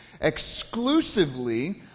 exclusively